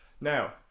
Now